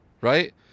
right